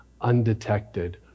undetected